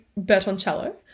Bertoncello